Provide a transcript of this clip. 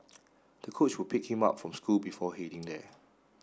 the coach would pick him up from school before heading there